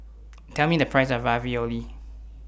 Tell Me The Price of Ravioli